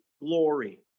glory